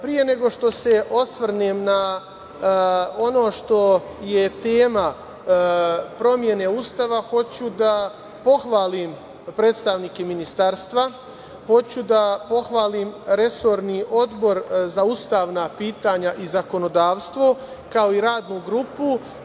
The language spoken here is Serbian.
Prije nego što se osvrnem na ono što je tema promene Ustava, hoću da pohvalim predstavnike Ministarstva, hoću da pohvalim resorni Odbor za ustavna pitanja i zakonodavstvo, kao i Radnu grupu.